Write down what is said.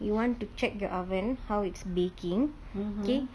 you want to check your oven how it's baking okay